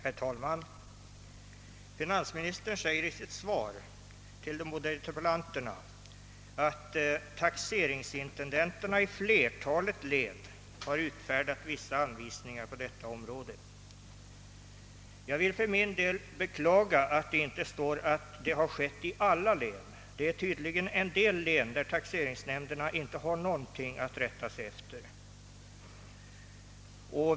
Herr talman! Finansministern säger i sitt svar till de båda interpellanterna att »taxeringsintendenterna i flertalet län har utfärdat vissa anvisningar på detta område». Jag vill för min del beklaga att inte detta gjorts i alla län. Det finns tydligen län där taxeringsnämnderna inte har något att rätta sig efter.